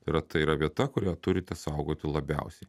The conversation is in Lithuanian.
yra tai yra vieta kurią turite saugoti labiausiai